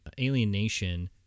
alienation